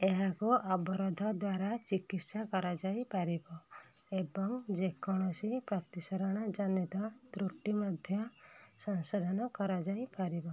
ଏହାକୁ ଅବରୋଧ ଦ୍ଵାରା ଚିକିତ୍ସା କରାଯାଇପାରିବ ଏବଂ ଯେକୌଣସି ପ୍ରତିସରଣ ଜନିତ ତ୍ରୁଟି ମଧ୍ୟ ସଂଶୋଧନ କରାଯାଇପାରିବ